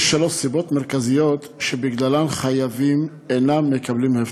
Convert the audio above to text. יש שלוש סיבות מרכזיות שבגללן חייבים אינם מקבלים הפטר: